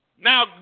Now